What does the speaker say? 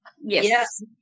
Yes